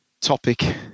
topic